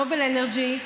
נובל אנרג'י,